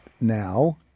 now